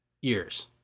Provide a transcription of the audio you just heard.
years